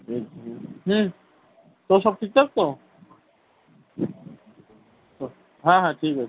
হুম তোর সব ঠিকঠাক তো হ্যাঁ হ্যাঁ ঠিক আছে